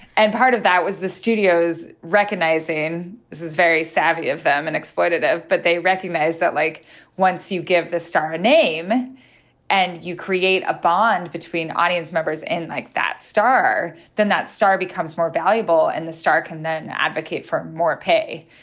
and part of that was the studios recognizing this is very savvy of them and exploitative but they recognized that like once you give this star a name and you create a bond between audience members and like that star, then that star becomes more valuable and the star can then advocate for more pay.